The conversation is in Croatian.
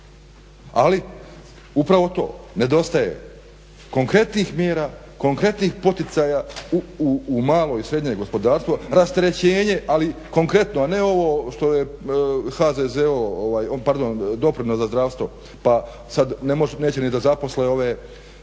Ali upravo to nedostaje konkretnih mjera i konkretnih poticaja u malo i srednje gospodarstvo, rasterećenje ali konkretno a ne ovo što je doprinos za zdravstvo pa sada neće ni da zaposle